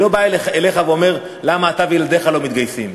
אני לא בא אליך ושואל למה אתה וילדיך לא מתגייסים,